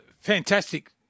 fantastic